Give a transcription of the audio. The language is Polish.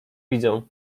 widzą